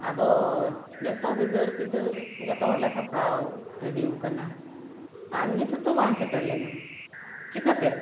ᱟᱫᱚ ᱡᱚᱛᱚ ᱜᱤᱫᱟᱹᱨ ᱯᱤᱫᱟᱹᱨ ᱡᱚᱛᱚ ᱦᱚᱲᱞᱮ ᱥᱟᱯᱲᱟᱣ ᱨᱮᱰᱤ ᱟᱠᱟᱱᱟ ᱟᱨ ᱱᱤᱛ ᱦᱚᱛᱚ ᱵᱟᱢ ᱥᱮᱴᱮᱨ ᱞᱮᱱᱟ ᱪᱤᱠᱟᱹ ᱛᱮ